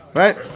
right